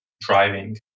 driving